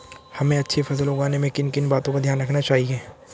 हमें अच्छी फसल उगाने में किन किन बातों का ध्यान रखना चाहिए?